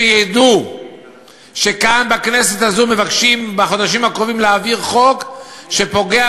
שידעו שכאן בכנסת הזו מבקשים בחודשים הקרובים להעביר חוק שפוגע